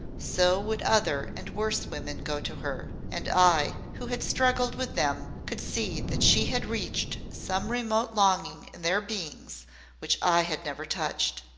so would other and worse women go to her, and i, who had struggled with them, could see that she had reached some remote longing in their beings which i had never touched.